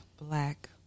Black